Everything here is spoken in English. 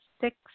six